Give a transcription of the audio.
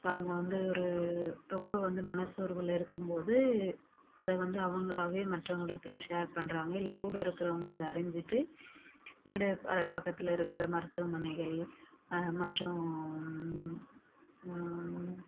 இப்போ அவங்க வந்து ஒரு ரொம்ப வந்து மனசோர்வில் இருக்கும்போது அதை வந்து அவங்களாவே மற்றவங்களிடத்தில் ஷேர் பண்ணுறாங்க இல்லை கூட இருக்கிறவங்க அதை அறிஞ்சுட்டு இங்கட பக்கத்தில் இருக்கிற மருத்துவமனைகள் மற்றும்